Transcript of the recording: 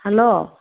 hello